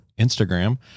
Instagram